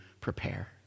prepare